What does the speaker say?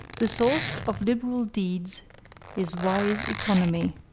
the source of liberal deeds is wise economy.